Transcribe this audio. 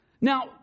Now